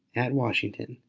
at washington,